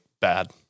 bad